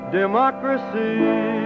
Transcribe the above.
democracy